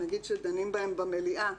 נגיד שדנים בהן במליאה,